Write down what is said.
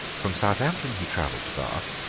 from southampton he travelled to bath,